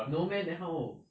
no meh then how old